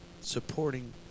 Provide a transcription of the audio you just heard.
supporting